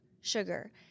sugar